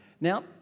Now